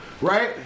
right